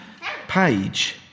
page